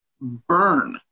burn